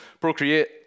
Procreate